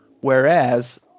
whereas